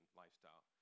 lifestyle